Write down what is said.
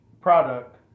product